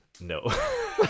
No